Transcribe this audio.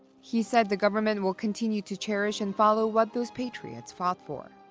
he said the government will continue to cherish and follow what those patriots fought for.